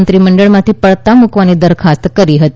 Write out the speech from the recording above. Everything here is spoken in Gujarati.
મંત્રીમંડળમાંથી પડતા મૂકવાની દરખાસ્ત કરી હતી